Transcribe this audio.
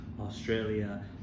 Australia